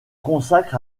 consacre